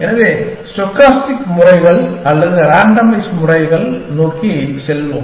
எனவே ஸ்டோகாஸ்டிக் முறைகள் அல்லது ராண்டமைஸ் முறைகள் நோக்கி செல்வோம்